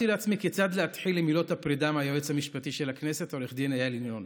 כיצד להתחיל עם מילות הפרידה מהיועץ המשפטי של הכנסת עו"ד איל ינון: